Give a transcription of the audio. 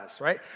right